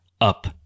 Up